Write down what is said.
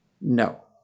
No